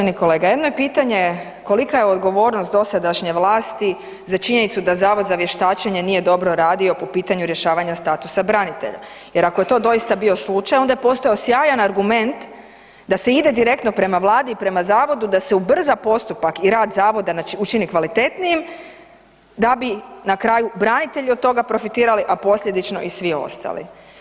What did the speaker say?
Uvažena kolega, jedno je pitanje kolika je odgovornost dosadašnje vlasti za činjenicu da Zavod za vještačenje nije dobro radio po pitanju rješavanja status branitelja jer ako je to doista bio slučaj, onda je postojao sjajan argument da se ide direktno prema Vladi i prema zavodu da se ubrza postupak i rad zavoda učine kvalitetnijim da bi na kraju branitelji od toga profitirali a posljedično i svi ostali.